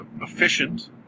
efficient